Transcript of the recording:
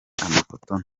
amafoto